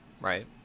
Right